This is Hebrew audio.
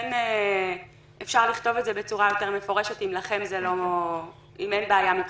שכן אפשר לכתוב את זה בצורה יותר מפורשת אם אין בעיה מבחינתכם.